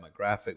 demographic